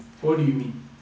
what do you mean